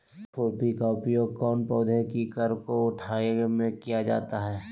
खुरपी का उपयोग कौन पौधे की कर को उठाने में किया जाता है?